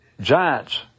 Giants